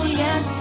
yes